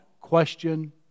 question